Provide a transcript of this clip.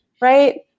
right